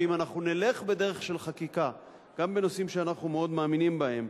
ואם אנחנו נלך בדרך של חקיקה גם בנושאים שאנחנו מאוד מאמינים בהם,